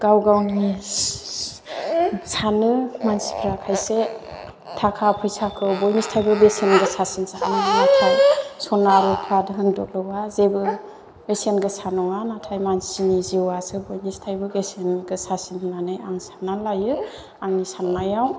गाव गावनि सि सि सानो मानसिफ्रा खायसे थाखा फैसाखौ बयनिस्थायबो बेसेन गोसासिन सानो नाथाय सना रुपा धोन दौलतआ जेबो बेसेन गोसा नङा नाथाय मानसिनि जिउआसो बियनिसथायबो बेसेन गोसासिन होननानै आं सानना लायो आंनि साननायाव